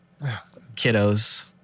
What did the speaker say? Kiddos